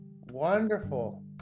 wonderful